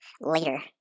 later